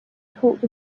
talked